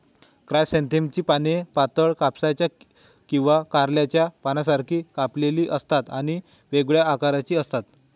क्रायसॅन्थेममची पाने पातळ, कापसाच्या किंवा कारल्याच्या पानांसारखी कापलेली असतात आणि वेगवेगळ्या आकाराची असतात